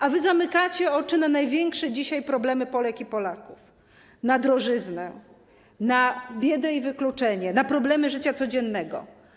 A wy zamykacie oczy na największe dzisiaj problemy Polek i Polaków: na drożyznę, na biedę i wykluczenie, na problemy życia codziennego.